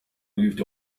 moved